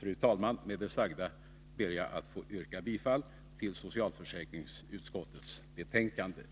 Fru talman! Med det sagda ber jag att få yrka bifall till hemställan i socialförsäkringsutskottets betänkande.